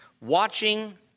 watching